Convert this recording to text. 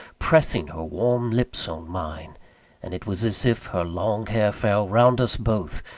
pressing her warm lips on mine and it was as if her long hair fell round us both,